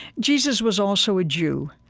jesus was also a jew,